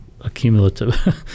accumulative